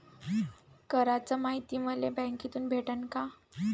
कराच मायती मले बँकेतून भेटन का?